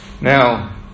Now